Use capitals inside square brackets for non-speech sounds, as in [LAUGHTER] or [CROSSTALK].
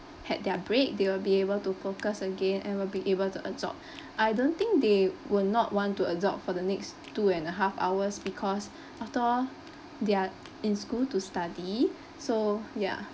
had their break they will be able to focus again and will be able to absorb [BREATH] I don't think they will not want to absorb for the next two and a half hours because [BREATH] after all they're in school to study so ya